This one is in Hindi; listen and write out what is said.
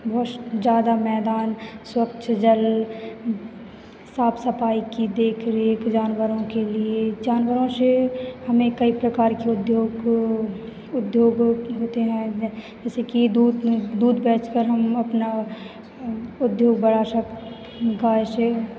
बहुत श ज्यादा मैदान स्वच्छ जल साफ़ सफाई की देख रेख जानवरों के लिए जानवरों से हमें कई प्रकार के उद्योग उद्योग होते हैं जै जैसे कि दूध दूध बेच कर हम अपना उद्योग बढ़ा सक गाय से